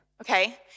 okay